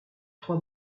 trois